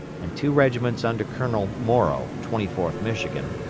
and two regiments under colonel morrow, twenty fourth michigan,